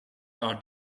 are